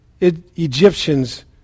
Egyptians